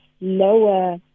lower